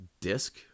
disc